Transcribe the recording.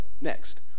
next